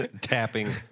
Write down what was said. Tapping